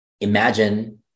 imagine